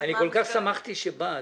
כל כך שמחתי שבאת.